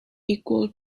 equal